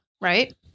right